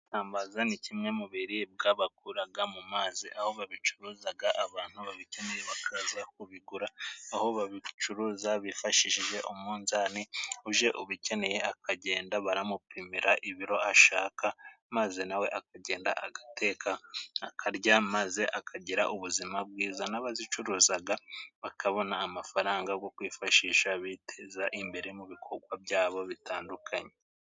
Isambaza ni kimwe mu biribwa bakura mu mazi aho babicuruza abantu babikuye bakaza kubigura aho babicuruza bifashishije umunzani, uje ubicyeneye bakagenda bamupimira ibiro ashaka maze nawe akagenda agateka, akarya maze akahira ubuzima bwiza, n'abazicuruza bakabona amafaranga yo kwifashisha biteza imbere mu bikorwa byabo bitandukanye.